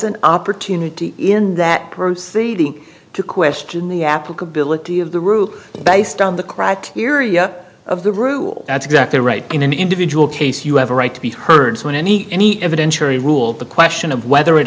an opportunity in that proceeding to question the applicability of the rule based on the criteria of the rule that's exactly right in an individual case you have a right to be heard so in any any evidentiary rule the question of whether it